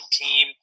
team